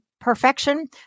perfection